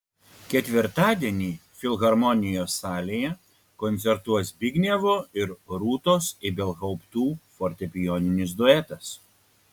ketvirtadienį filharmonijos salėje koncertuos zbignevo ir rūtos ibelhauptų fortepijoninis duetas